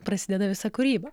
prasideda visa kūryba